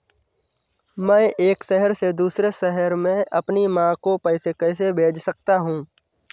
मैं एक शहर से दूसरे शहर में अपनी माँ को पैसे कैसे भेज सकता हूँ?